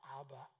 Abba